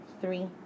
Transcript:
Three